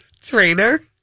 Trainer